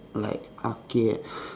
like arcade